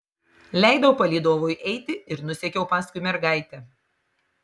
leidau palydovui eiti ir nusekiau paskui mergaitę